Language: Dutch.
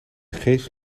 geest